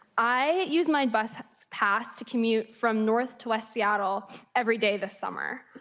i use my bus pass to commute from north to west seattle every day this summer.